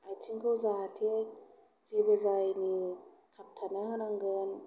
आथिंखौ जाहाथे जेबो जायैनि खाबथाना होनांगोन